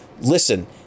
listen